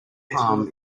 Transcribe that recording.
palm